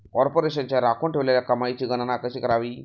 कॉर्पोरेशनच्या राखून ठेवलेल्या कमाईची गणना कशी करावी